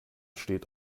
steht